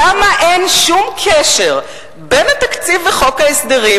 למה אין שום קשר בין התקציב וחוק ההסדרים